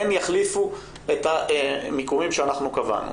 הן יחליפו את המיקומים שאנחנו קבענו,